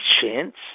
chance